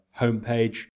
homepage